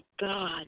God